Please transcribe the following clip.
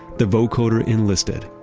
the vocoder enlisted.